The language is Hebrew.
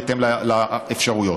בהתאם לאפשרויות.